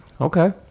okay